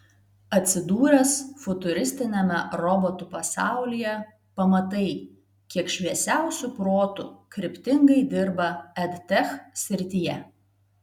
atsidūręs futuristiniame robotų pasaulyje pamatai kiek šviesiausių protų kryptingai dirba edtech srityje